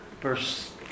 Verse